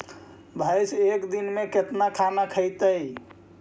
भैंस एक दिन में केतना खाना खैतई?